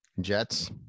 Jets